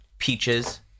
Peaches